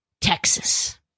Texas